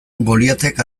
goliatek